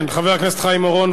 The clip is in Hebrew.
חבר הכנסת חיים אורון,